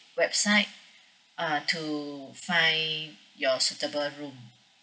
website uh to find your suitable room